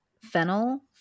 fennel